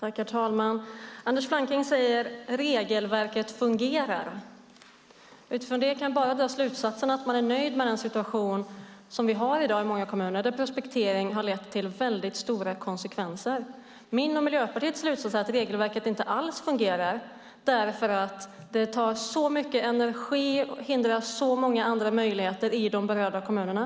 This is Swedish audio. Herr talman! Anders Flanking säger att regelverket fungerar. Utifrån det kan jag bara dra slutsatsen att han är nöjd med den situation som vi i dag har i många kommuner där prospektering lett till stora konsekvenser. Min och Miljöpartiets slutsats är att regelverket inte alls fungerar eftersom det tar så mycket energi och står i vägen för så många andra möjligheter i de berörda kommunerna.